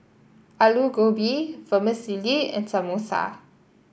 Alu Gobi Vermicelli and Samosa